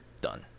done